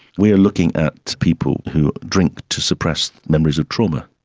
we are looking at people who drink to suppress memories of trauma.